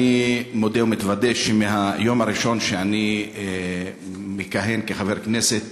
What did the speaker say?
אני מודה ומתוודה שמהיום הראשון שאני מכהן כחבר כנסת